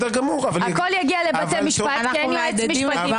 הכול יגיע לבתי משפט כי אין יועץ משפטי,